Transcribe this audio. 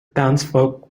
townsfolk